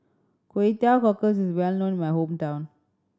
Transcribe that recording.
Kway Teow Cockles is well known in my hometown